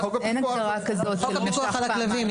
אין הגדרה כזאת של נשך פעמיים,